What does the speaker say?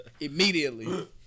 Immediately